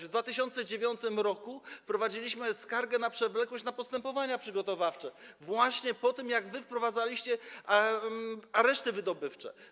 W 2009 r. wprowadziliśmy skargę na przewlekłość postępowania przygotowawczego właśnie po tym, jak wy wprowadzaliście areszty wydobywcze.